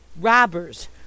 Robbers